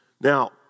Now